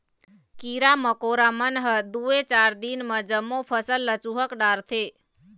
कीरा मकोरा मन ह दूए चार दिन म जम्मो फसल ल चुहक डारथे